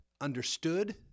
understood